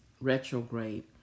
retrograde